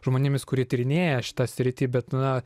žmonėmis kurie tyrinėja šitą sritį bet na